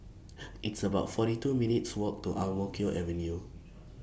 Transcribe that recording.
It's about forty two minutes' Walk to Ang Mo Kio Avenue